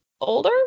older